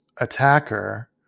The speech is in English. attacker